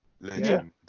Legend